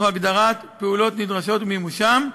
תוך הגדרת פעולות נדרשות ומימושן.